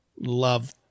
love